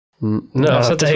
no